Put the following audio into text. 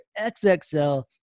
XXL